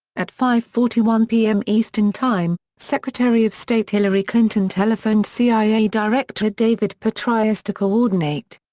at five forty one pm eastern time, secretary of state hillary clinton telephoned cia director david petraeus to coordinate.